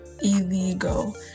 illegal